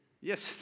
Yes